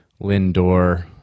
lindor